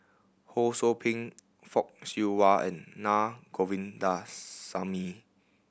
Ho Sou Ping Fock Siew Wah and Na Govindasamy